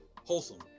wholesome